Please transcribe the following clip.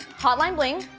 hotline bling.